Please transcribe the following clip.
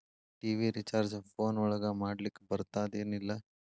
TV recharge phone ಒಳಗ ಮಾಡ್ಲಿಕ್ ಬರ್ತಾದ ಏನ್ ಇಲ್ಲ?